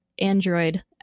Android